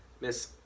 Miss